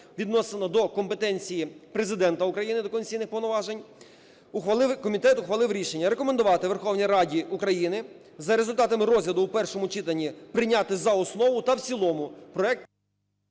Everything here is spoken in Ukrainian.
відноесених до компетенції Президента України до конституційних повноважень. Комітет ухвалив рішення: рекомендувати Верховній Раді України: за результатами розгляду в першому читанні прийняти за основу та в цілому проект...